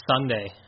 Sunday